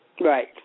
Right